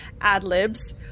ad-libs